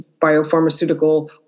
biopharmaceutical